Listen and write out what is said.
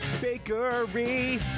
bakery